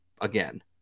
again